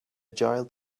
child